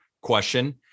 question